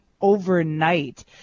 overnight